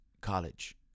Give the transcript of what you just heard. College